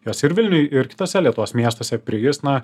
jos ir vilniuj ir kituose lietuvos miestuose prigis na